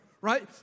Right